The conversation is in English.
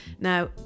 now